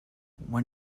when